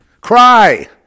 cry